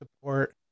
support